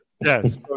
Yes